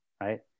right